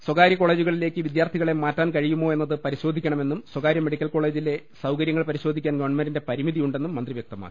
സ്വകാര്യ കോളേജുകളിലേക്ക് വിദ്യാർത്ഥി കളെ മാറ്റാൻ കഴിയുമോ എന്നത് പരിശോധിക്കണമെന്നും സ്വകാര്യ മെഡിക്കൽ കോളജിലെ സൌകര്യങ്ങൾ പരിശോധിക്കാൻ ഗവൺമെന്റിന് പരിമിതിയുണ്ടെന്നും മന്ത്രി വ്യക്തമാക്കി